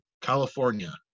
California